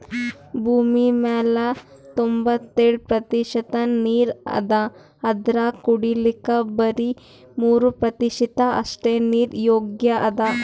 ಭೂಮಿಮ್ಯಾಲ್ ತೊಂಬತ್ತೆಳ್ ಪ್ರತಿಷತ್ ನೀರ್ ಅದಾ ಅದ್ರಾಗ ಕುಡಿಲಿಕ್ಕ್ ಬರಿ ಮೂರ್ ಪ್ರತಿಷತ್ ಅಷ್ಟೆ ನೀರ್ ಯೋಗ್ಯ್ ಅದಾ